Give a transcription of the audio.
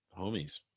homies